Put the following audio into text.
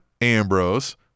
Ambrose